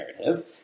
narrative